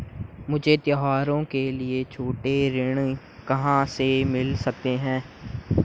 मुझे त्योहारों के लिए छोटे ऋण कहां से मिल सकते हैं?